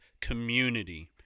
community